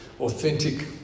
authentic